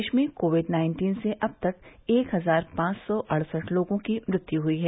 देश में covid nineteen से अब तक एक हजार पांच सौ अड़सठ लोगों की मृत्यु हुई है